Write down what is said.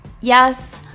Yes